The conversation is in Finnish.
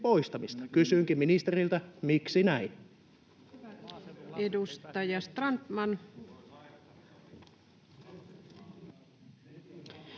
Kysynkin ministeriltä: miksi näin?